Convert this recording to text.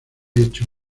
hecho